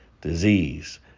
disease